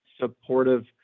supportive